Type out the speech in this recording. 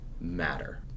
matter